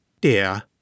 Dear